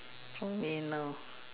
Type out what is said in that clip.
for me now